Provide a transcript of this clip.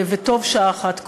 וטובה שעה אחת קודם.